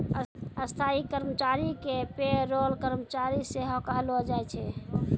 स्थायी कर्मचारी के पे रोल कर्मचारी सेहो कहलो जाय छै